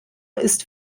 ist